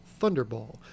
Thunderball